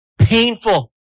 painful